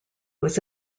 was